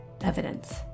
evidence